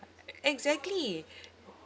e~ exactly